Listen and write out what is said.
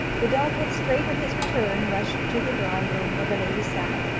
the dog had straight on his return rushed to the drawing-room where the lady sat,